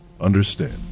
understand